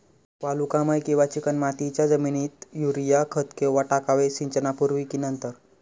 वालुकामय किंवा चिकणमातीच्या जमिनीत युरिया खत केव्हा टाकावे, सिंचनापूर्वी की नंतर?